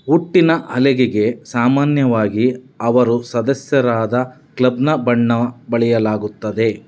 ಉಟ್ಟಿನ ಹಲೆಗೆಗೆ ಸಾಮಾನ್ಯವಾಗಿ ಅವರು ಸದಸ್ಯರಾದ ಕ್ಲಬ್ನ ಬಣ್ಣ ಬಳಿಯಲಾಗುತ್ತದೆ